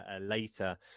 later